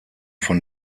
von